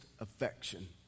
affection